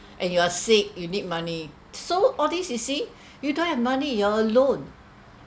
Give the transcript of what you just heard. and you are sick you need money so all these you see you don't have money you're alone